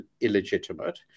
illegitimate